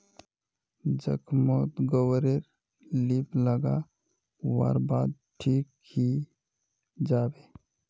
जख्म मोत गोबर रे लीप लागा वार बाद ठिक हिजाबे